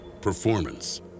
performance